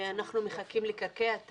אנחנו מחכים להעביר את